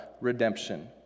redemption